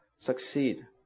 succeed